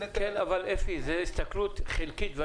אפי, זו הסתכלות חלקית.